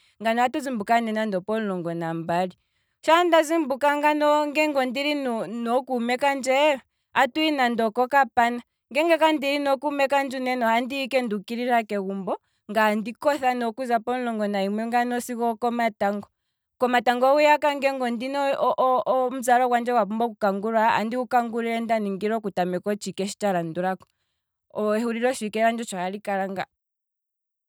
Ngano atu zimbuka ne pomulongo nambali, ngeenge ondili ne nookuume kandje ta tuhi nande oko kapana, nge kandili nookuume kandje andihi ike nduu kilila kegumbo, andi kotha ne okuza pomulongo nahimwe mpeya sigo okomatango, komatango hwiya ngeenge ondina omuzalo gwandje gwa pumbwa oku kangulwa, andigu kangula nda ningila otshiike shi tsha landulako, eshulilo tshiike landje otsho hali kala ngaa.